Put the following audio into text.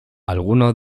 algunos